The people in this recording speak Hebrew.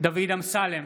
(קורא בשמות חברי הכנסת)